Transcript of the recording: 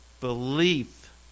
belief